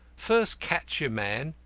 first catch your man,